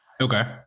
Okay